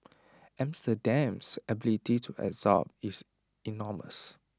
Amsterdam's ability to absorb is enormous